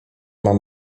mam